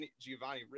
Giovanni